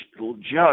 judge